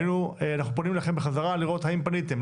אנחנו פונים אליכם בחזרה לראות האם פניתם.